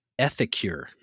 Ethicure